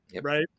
Right